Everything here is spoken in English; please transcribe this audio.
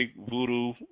voodoo